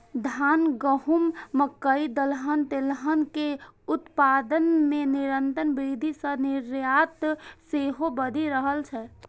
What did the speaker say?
धान, गहूम, मकइ, दलहन, तेलहन के उत्पादन मे निरंतर वृद्धि सं निर्यात सेहो बढ़ि रहल छै